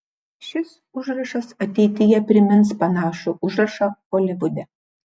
šis užrašas ateityje primins panašų užrašą holivude